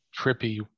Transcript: trippy